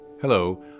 Hello